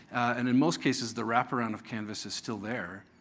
and in most cases the wrap-around of canvas is still there,